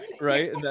Right